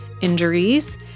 injuries